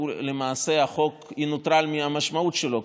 למעשה החוק ינוטרל מהמשמעות שלו,